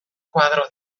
koadro